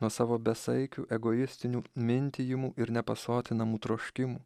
nuo savo besaikių egoistinių mintijimų ir nepasotinamų troškimų